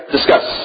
Discuss